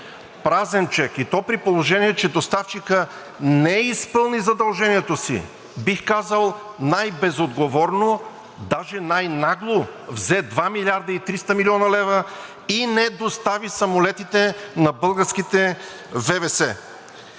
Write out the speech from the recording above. празен чек, и то при положение че доставчикът не изпълни задължението си – бих казал, най-безотговорно, даже най-нагло взе 2 млрд. и 300 млн. лв. и не достави самолетите на българските ВВС.